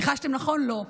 ניחשתם נכון, לא.